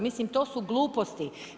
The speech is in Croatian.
Mislim to su gluposti.